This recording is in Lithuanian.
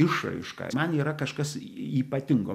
išraiška man yra kažkas ypatingo